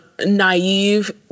naive